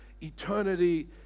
Eternity